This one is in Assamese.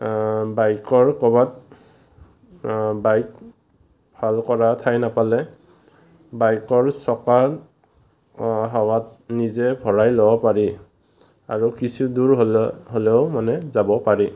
বাইকৰ ক'ৰবাত বাইক ভাল কৰা ঠাই নাপালে বাইকৰ চকাত হাৱাত নিজে ভৰাই ল'ব পাৰি আৰু কিছুদূৰ হ'লে হ'লেও মানে যাব পাৰি